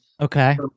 Okay